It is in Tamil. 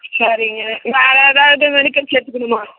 சரிங்க வேறு ஏதாவது மெடிசன்ஸ் எடுத்துக்கணுமா